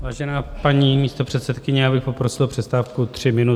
Vážená paní místopředsedkyně, já bych poprosil o přestávku tři minuty.